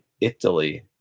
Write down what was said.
Italy